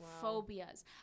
phobias